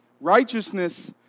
Righteousness